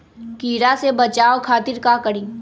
कीरा से बचाओ खातिर का करी?